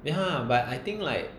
ya but I think like